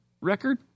record